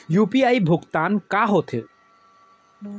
UPI भुगतान का होथे?